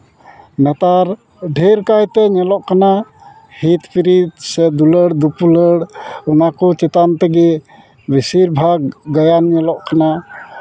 ᱱᱮᱛᱟᱨ ᱰᱷᱮᱨ ᱠᱟᱭᱛᱮ ᱧᱮᱞᱚᱜ ᱠᱟᱱᱟ ᱦᱤᱛ ᱠᱤᱨᱤᱡ ᱥᱮ ᱫᱩᱞᱟᱹᱲᱼᱫᱩᱯᱩᱞᱟᱹᱲ ᱚᱱᱟᱠᱚ ᱪᱮᱛᱟᱱ ᱛᱮᱜᱮ ᱵᱮᱥᱤᱨ ᱵᱷᱟᱜᱽ ᱜᱟᱭᱟᱱ ᱧᱮᱞᱚᱜ ᱠᱟᱱᱟ